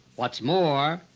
what's more,